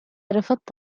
رفضت